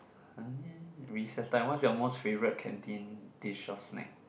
uh recess time whats your most favourite canteen dish or snack